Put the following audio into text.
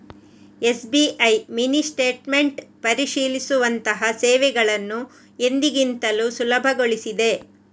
SBI mini statement ಪರಿಶೀಲಿಸುವಂತಹ ಸೇವೆಗಳನ್ನು ಎಂದಿಗಿಂತಲೂ ಸುಲಭಗೊಳಿಸಿದೆ